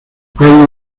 hay